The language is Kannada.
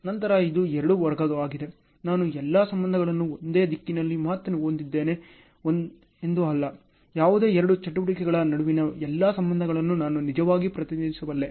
ನಂತರ ಇದು ಎರಡು ಮಾರ್ಗವಾಗಿದೆ ನಾನು ಎಲ್ಲಾ ಸಂಬಂಧಗಳನ್ನು ಒಂದೇ ದಿಕ್ಕಿನಲ್ಲಿ ಮಾತ್ರ ಹೊಂದಿದ್ದೇನೆ ಎಂದು ಅಲ್ಲ ಯಾವುದೇ ಎರಡು ಚಟುವಟಿಕೆಗಳ ನಡುವಿನ ಎಲ್ಲಾ ಸಂಬಂಧಗಳನ್ನು ನಾನು ನಿಜವಾಗಿ ಪ್ರತಿನಿಧಿಸಬಲ್ಲೆ